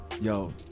Yo